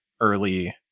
early